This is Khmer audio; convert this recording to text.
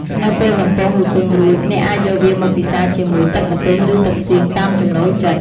នៅពេលបំពងហ៊ូគឹងរួច អ្នកអាចយកវាមកពិសាជាមួយ ទឹកម្ទេស ឬ ទឹកសៀង តាមចំណូលចិត្ត។